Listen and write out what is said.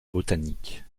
botanique